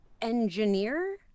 engineer